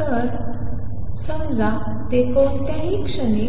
तर समजा ते कोणत्याही क्षणी